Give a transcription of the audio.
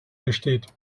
besteht